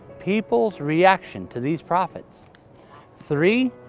people's reaction to these prophets three.